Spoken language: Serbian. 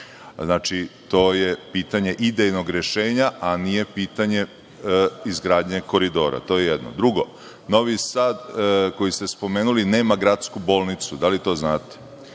Znači, to je pitanje idejnog rešenja, a nije pitanje izgradnje koridora. To je jedno. Drugo, Novi Sad, koji ste spomenuli, nema gradsku bolnicu. Da li to znate?